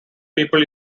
people